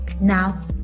Now